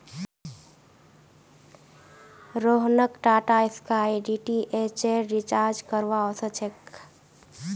रोहनक टाटास्काई डीटीएचेर रिचार्ज करवा व स छेक